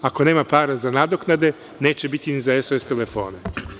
Ako nema para za nadoknade, neće biti ni za SOS telefone.